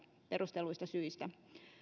perustelluista syistä